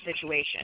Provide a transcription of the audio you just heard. situation